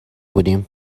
بودیم